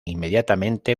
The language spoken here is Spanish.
inmediatamente